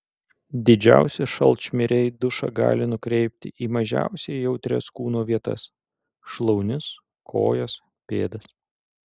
didžiausi šalčmiriai dušą gali nukreipti į mažiausiai jautrias kūno vietas šlaunis kojas pėdas